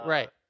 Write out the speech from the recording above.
Right